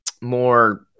more